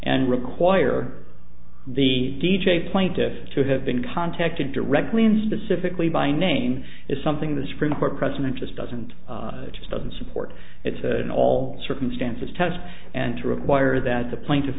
and require the d j plaintiffs to have been contacted directly and specifically by name is something the supreme court precedent just doesn't just doesn't support it's in all circumstances test and to require that the pla